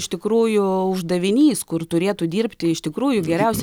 iš tikrųjų uždavinys kur turėtų dirbti iš tikrųjų geriausi